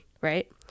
right